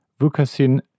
Vukasin